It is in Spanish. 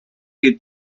que